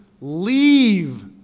leave